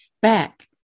Back